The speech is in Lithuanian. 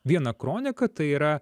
vieną kroniką tai yra